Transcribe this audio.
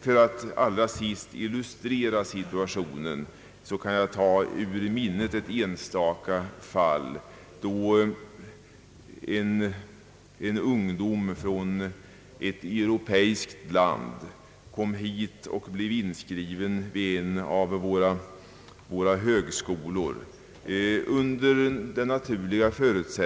För att illustrera situationen kan jag ur minnet referera ett enstaka fall. En studerande från ett europeiskt land kom hit och blev inskriven vid en av våra högskolor. Förutsättningen var naturligtvis